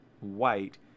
white